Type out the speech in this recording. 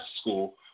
school